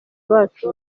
bacu